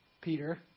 Peter